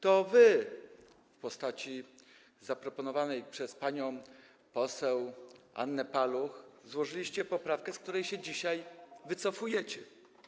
To wy w postaci zaproponowanej przez panią poseł Annę Paluch złożyliście poprawkę, z której się dzisiaj wycofujecie.